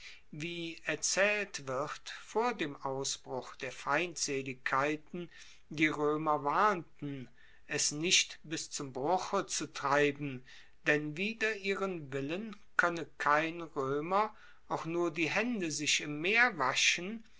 wie erzaehlt wird vor dem ausbruch der feindseligkeiten die roemer warnten es nicht bis zum bruche zu treiben denn wider ihren willen koenne kein roemer auch nur die haende sich im meer waschen